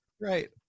Right